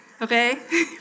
okay